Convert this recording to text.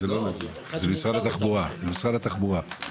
התחבורה.